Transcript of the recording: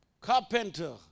carpenter